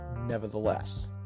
nevertheless